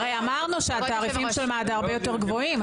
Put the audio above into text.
הרי אמרנו שהתעריפים של מד"א הרבה יותר גבוהים,